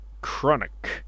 Chronic